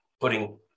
putting